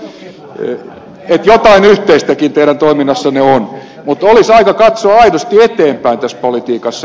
mutta olisi aika katsoa aidosti eteenpäin tässä politiikassa